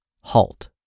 HALT